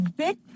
big